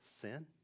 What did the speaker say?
sin